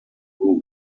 rule